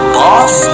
boss